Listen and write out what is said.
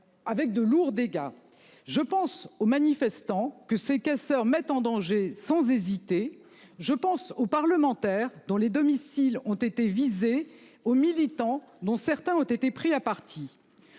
Avec de lourds dégâts. Je pense aux manifestants que ces casseurs mettent en danger, sans hésiter, je pense aux parlementaires, dont les domiciles ont été visés aux militants dont certains ont été pris à partie.